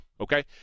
okay